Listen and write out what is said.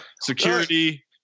security